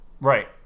Right